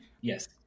yes